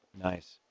Nice